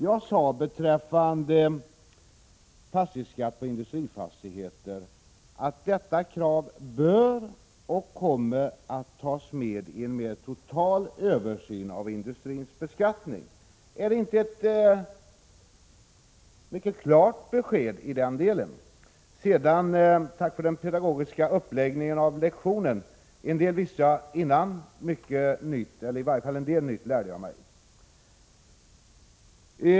Jag sade beträffande fastighetsskatt på industrifastigheter att detta krav bör och kommer att tas med vid en mer total översyn av industrins beskattning. Är inte det ett mycket klart besked? Sedan ett tack för den pedagogiska uppläggningen av lektionen. En del visste jag förut — en del nytt lärde jag mig.